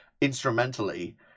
instrumentally